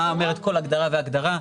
מה אומרת כל הגדרה והגדרה,